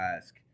ask